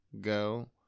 go